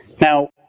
Now